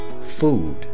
Food